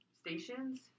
stations